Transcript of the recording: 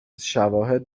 شواهد